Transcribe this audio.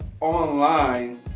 online